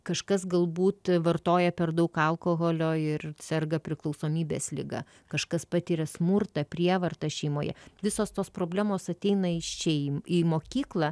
kažkas galbūt vartoja per daug alkoholio ir serga priklausomybės liga kažkas patiria smurtą prievartą šeimoje visos tos problemos ateina į šeim į mokyklą